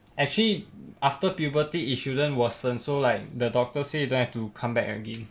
actually after puberty it shouldn't worsen so like the doctor say don't have to come back again